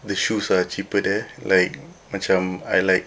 the shoes are cheaper there like macam I like